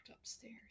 upstairs